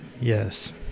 Yes